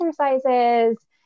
exercises